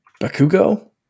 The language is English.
Bakugo